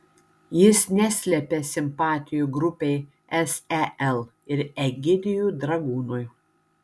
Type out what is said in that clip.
jis neslepia simpatijų grupei sel ir egidijui dragūnui